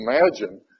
imagine